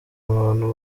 abantu